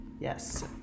yes